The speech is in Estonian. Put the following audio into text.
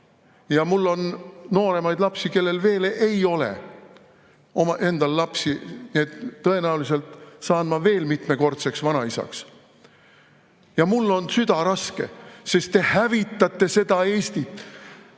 ja mul on nooremaid lapsi, kellel veel ei ole endal lapsi, nii et tõenäoliselt saan ma veel mitmekordseks vanaisaks. Ja mul on süda raske, sest te hävitate seda Eestit,